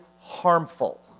harmful